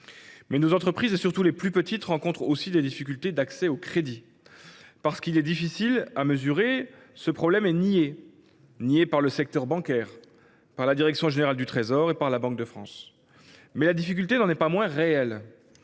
Mais nos entreprises, surtout les plus petites d’entre elles, rencontrent aussi des difficultés d’accès au crédit. Parce que le problème n’est pas facile à mesurer, il est nié, à la fois par le secteur bancaire, par la direction générale du Trésor et par la Banque de France. Mais la difficulté n’en est pas moins réelle.